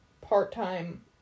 part-time